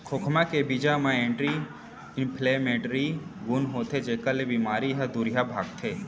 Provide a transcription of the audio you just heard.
खोखमा के बीजा म एंटी इंफ्लेमेटरी गुन होथे जेकर ले बेमारी ह दुरिहा भागथे